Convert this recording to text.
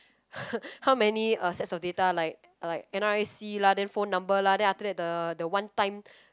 how many uh sets of data like like n_r_i_c lah then phone number lah then after that the the one time